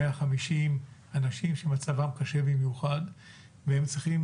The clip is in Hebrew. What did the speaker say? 150 אנשים שמצבם קשה במיוחד והם צריכים